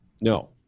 No